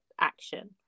action